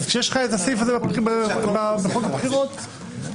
כשיש את הסעיף הזה בחוק הבחירות,